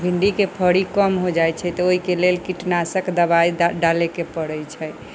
भिंडी के फरी कम हो जाइ छै तऽ ओहिके लेल कीटनाशक दबाई डाले के परै छै